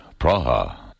Praha